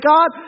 God